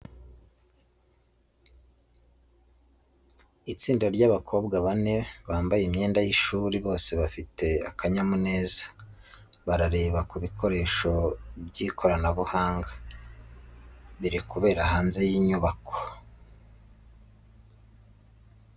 itsinda ry'abakobwa bane bambaye imyenda y’ishuri, bose bafite akanyamuneza barareba ku gikoresho cy'ikoranabuhanga, biri kubera hanze y’inyubako, ahantu hafite ibiti n'ubusitani, bigaragaza ko bari mu gace k'ishuri, ahantu hasukuye kandi hatuje, barasa n'abari kureba ibintu bishimishije kuko bose bari kumwenyura.